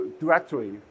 directory